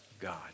God